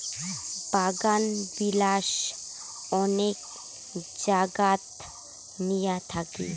বাগানবিলাস অনেক জাগাত নিয়া থাকি